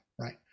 right